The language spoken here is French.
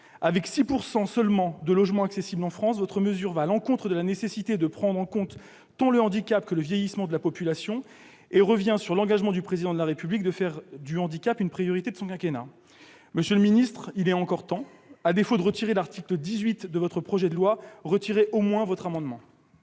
Avec seulement 6 % de logements accessibles en France, votre mesure va à l'encontre de la nécessité de prendre en compte tant le handicap que le vieillissement de la population et revient sur l'engagement du Président de la République de faire du handicap une priorité du quinquennat. Monsieur le ministre, il est encore temps, à défaut de retirer l'article 18 de votre projet de loi, de retirer au moins votre amendement